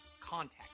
contact